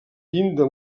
llinda